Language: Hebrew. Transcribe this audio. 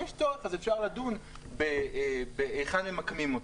אם יש צורך, אפשר לדון היכן ממקמים אותו.